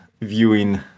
viewing